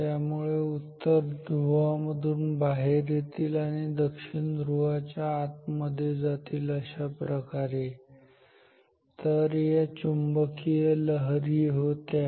त्यामुळे त्या उत्तर ध्रुवा मधून बाहेर येतील आणि दक्षिण ध्रुवामध्ये आत जातील अशा प्रकारे तर या चुंबकीय लहरी होत्या